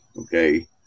Okay